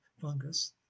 fungus